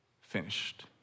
finished